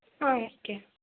ஆ okay